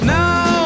now